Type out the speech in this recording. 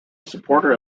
supporter